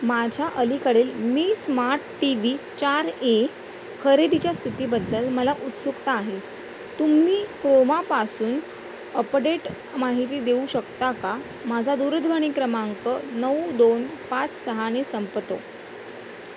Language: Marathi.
माझ्या अलीकडील मी स्मार्ट टी व्ही चार ए खरेदीच्या स्थितीबद्दल मला उत्सुकता आहे तुम्ही क्रोमापासून अपडेट माहिती देऊ शकता का माझा दूरध्वनी क्रमांक नऊ दोन पाच सहाने संपतो